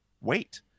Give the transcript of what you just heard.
wait